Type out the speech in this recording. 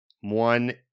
one